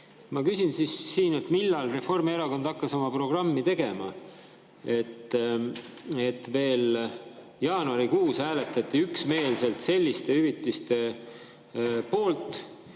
ma küsin, millal Reformierakond hakkas oma programmi tegema. Veel jaanuarikuus hääletati üksmeelselt selliste hüvitiste poolt,